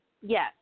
Yes